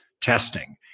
testing